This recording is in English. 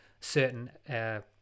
certain